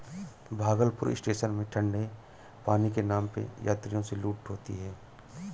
Bhagalpur station में ठंडे पानी के नाम पे यात्रियों से लूट होती है